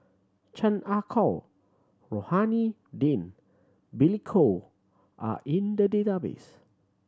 Chan Ah Kow Rohani Din Billy Koh are in the database